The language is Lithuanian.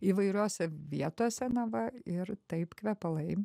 įvairiose vietose na va ir taip kvepalai